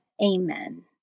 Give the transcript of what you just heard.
Amen